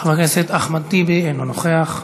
חבר הכנסת אחמד טיבי, אינו נוכח.